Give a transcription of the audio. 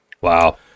Wow